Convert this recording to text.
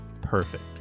perfect